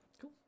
Cool